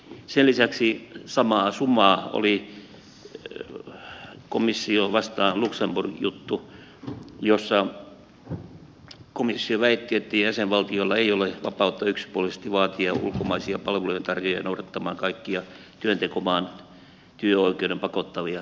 sen lisäksi samaa sumaa oli komissio vastaan luxemburg juttu jossa komissio väitti että jäsenvaltioilla ei ole vapautta yksipuolisesti vaatia ulkomaisia palveluntarjoajia noudattamaan kaikkia työntekomaan työoikeuden pakottavia säännöksiä